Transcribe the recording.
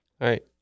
right